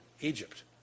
Egypt